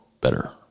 better